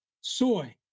soy